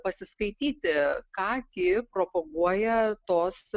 pasiskaityti ką gi propaguoja tos